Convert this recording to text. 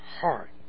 heart